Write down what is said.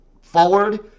forward